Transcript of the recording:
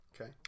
Okay